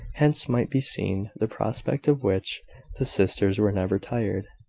whence might be seen the prospect of which the sisters were never tired.